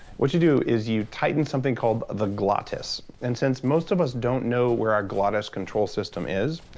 what you do is you tighten something called the glottis. and since most of us don't know where our glottis control system is,